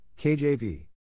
KJV